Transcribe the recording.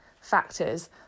factors